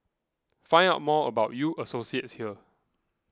find out more about U Associates here